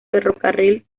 ferrocarril